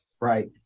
Right